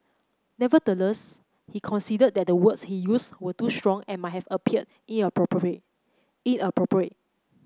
nevertheless he conceded that the words he used were too strong and might have inappropriate